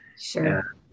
Sure